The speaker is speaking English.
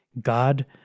God